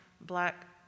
Black